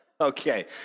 Okay